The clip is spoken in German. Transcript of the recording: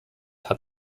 hat